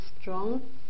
strong